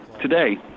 Today